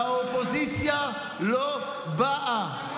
והאופוזיציה לא באה.